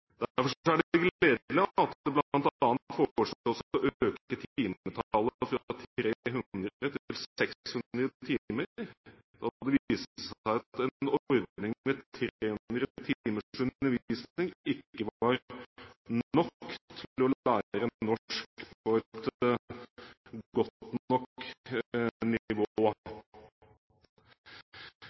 Derfor er det gledelig at det bl.a. foreslås å øke timetallet fra 300 til 600 timer, da det viste seg at en ordning med 300 timers undervisning ikke var nok til å lære norsk på et godt nok nivå.